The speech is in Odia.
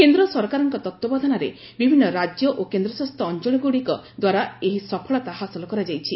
କେନ୍ଦ୍ର ସରକାରଙ୍କ ତତ୍ତ୍ୱାବଧାନରେ ବିଭିନ୍ନ ରାଜ୍ୟ ଓ କେନ୍ଦ୍ରଶାସିତ ଅଞ୍ଚଳ ଗୁଡ଼ିକ ଦ୍ୱାରା ଏହି ସଫଳତା ହାସଲ କରାଯାଇଛି